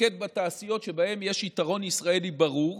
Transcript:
להתמקד בתעשיות שבהן יש יתרון ישראלי ברור,